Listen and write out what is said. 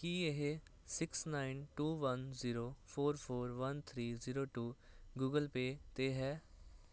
ਕੀ ਇਹ six nine two one zero four four one three zero two Google Pay 'ਤੇ ਹੈ